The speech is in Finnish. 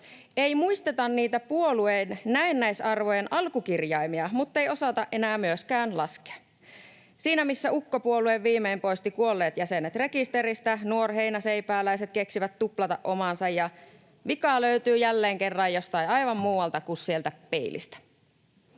Ei muisteta niitä puolueen näennäisarvojen alkukirjaimia, muttei osata enää myöskään laskea. Siinä, missä ukkopuolue viimein poisti kuolleet jäsenet rekisteristä, nuorheinäseipääläiset keksivät tuplata omansa, ja vika löytyy jälleen kerran jostain aivan muualta kuin sieltä peilistä.